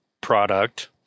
product